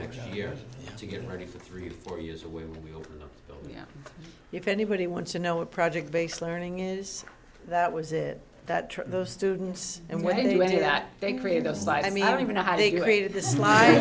next year to get ready for three or four years away we'll see if anybody wants to know a project based learning is that was it that those students and when anyway that they created us i mean i don't even know how they created this lie